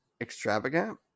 extravagant